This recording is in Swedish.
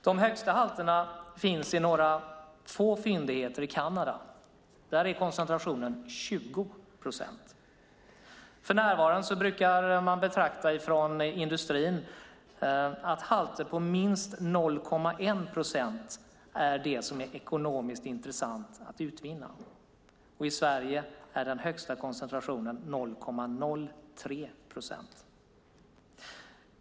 De högsta halterna finns i några få fyndigheter i Kanada. Där är koncentrationen 20 procent. För närvarande brukar man från industrin betrakta halter på minst 0,1 procent som det som är ekonomiskt intressant att utvinna. I Sverige är den högsta koncentrationen alltså 0,03 procent.